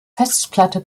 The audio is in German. festplatte